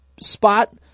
spot